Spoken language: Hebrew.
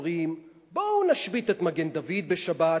אומרים: בואו נשבית את מגן-דוד בשבת,